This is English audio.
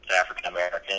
African-American